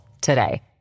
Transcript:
today